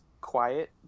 quiet